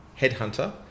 Headhunter